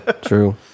True